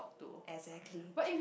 exactly